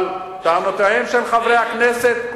אבל טענותיהם של חברי הכנסת,